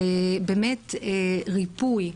על ריפוי.